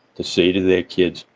to say to their kids,